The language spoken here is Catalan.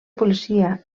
policia